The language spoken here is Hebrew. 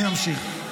אני ממשיך.